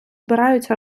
збираються